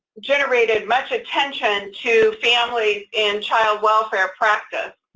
generated much attention to families and child welfare practice.